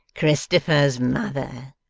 christopher's mother,